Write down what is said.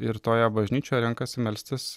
ir toje bažnyčioje renkasi melstis